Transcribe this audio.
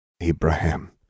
Abraham